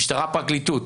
המשטרה והפרקליטות.